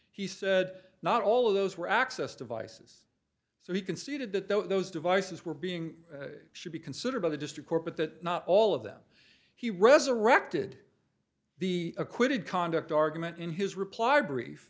he said not all of those were access devices so he conceded that those devices were being should be considered by the district court but that not all of them he resurrected the acquitted conduct argument in his reply brief